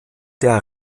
der